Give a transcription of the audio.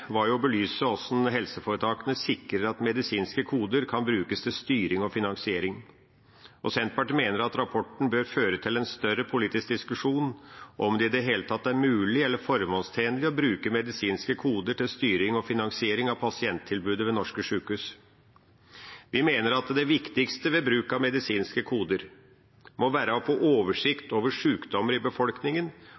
å belyse hvordan helseforetakene sikrer at medisinske koder kan brukes til styring og finansiering. Senterpartiet mener at rapporten bør føre til en større politisk diskusjon om det i det hele tatt er mulig eller formålstjenlig å bruke medisinske koder til styring og finansiering av pasienttilbudet ved norske sjukehus. Vi mener at det viktigste ved bruk av medisinske koder må være å få